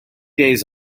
days